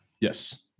Yes